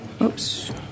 Oops